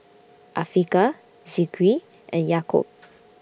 Afiqah Zikri and Yaakob